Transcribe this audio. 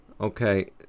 Okay